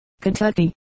Kentucky